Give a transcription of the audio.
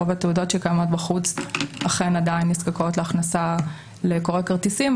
רוב התעודות שקיימות בחוץ אכן עדיין נזקקות להכנסה לקורא כרטיסים,